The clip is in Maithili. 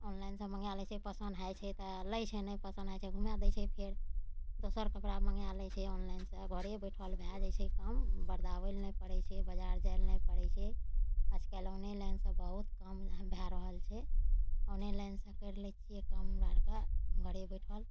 ऑनलाइन सऽ मँगा लै छै पसन्द होइ छै तऽ लै छै नहि पसन्द होइ छै घुमा दै छै फेर दोसर कपड़ा मँगा लै छै ऑनलाइन से घरे बैसल भऽ जाइ छै काम बताबै लए नहि पड़ै छै बजार जाइ लए नहि पड़ै छै आइकाल्हि ऑनलाइन सऽ बहुत काम भऽ रहल छै ऑनलाइन सऽ करि लै छियै काम हमरा आरके घरे बैसल